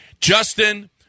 Justin